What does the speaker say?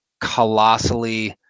colossally